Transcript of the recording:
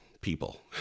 people